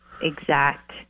exact